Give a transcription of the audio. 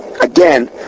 again